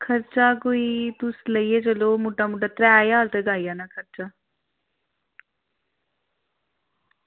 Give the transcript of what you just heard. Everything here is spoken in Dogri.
खर्चा कोई तुस लेइयै चलो मुट्टा मुट्टा त्रै ज्हार तगर आई जाना खर्चा